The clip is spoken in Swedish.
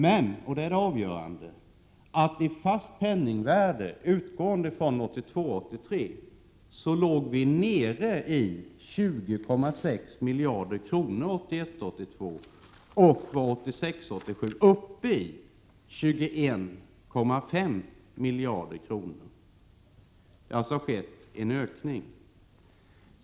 Men det avgörande är att vi i fast penningvärde räknat från 1982 82 och att vi 1986/87 var uppe i 21,5 miljarder. Det har alltså skett en ökning.